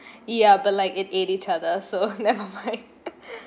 ya but like it aid each other so never mind